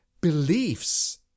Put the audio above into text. Beliefs